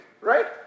right